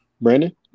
Brandon